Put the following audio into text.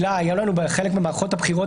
יש מרחב שלם של איסורים שבפועל רלוונטי לבחירות